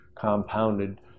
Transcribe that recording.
compounded